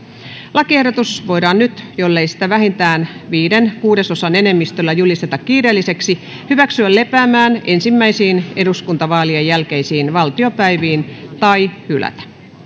lakiehdotus voidaan nyt jollei sitä vähintään viiden kuudesosan enemmistöllä julisteta kiireelliseksi hyväksyä lepäämään ensimmäisiin eduskuntavaalien jälkeisiin valtiopäiviin tai hylätä